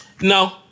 no